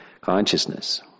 Consciousness